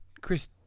Chris